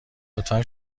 لطفا